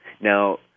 Now